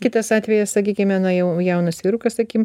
kitas atvejas sakykime na jau jaunas vyrukas sakim